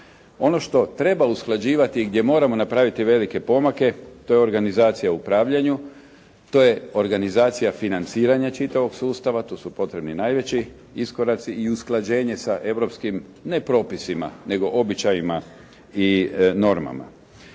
Ono što treba usklađivati i gdje moramo napraviti velike pomake to je organizacija u upravljanju. To je organizacija financiranja čitavog sustava. Tu su potrebni najveći iskoraci i usklađenje sa europskim, ne propisima nego običajima i normama.